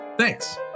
Thanks